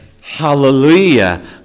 hallelujah